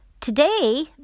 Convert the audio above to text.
Today